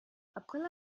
april